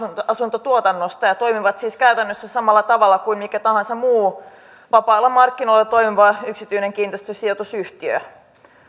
asuntotuotannosta ja toimivat siis käytännössä samalla tavalla kuin mikä tahansa muu vapailla markkinoilla toimiva yksityinen kiinteistösijoitusyhtiö